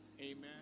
Amen